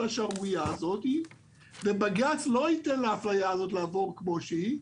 השערורייה הזאת ובג"ץ לא ייתן לאפליה הזאת לעבור כמו שהיא.